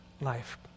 life